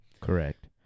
correct